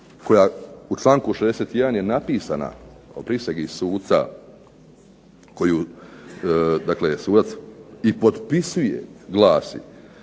koja u članku 61. je napisana o prisegi suca koju dakle